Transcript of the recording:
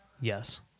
Yes